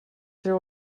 treu